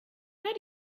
how